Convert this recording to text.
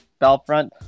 Valfront